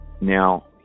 Now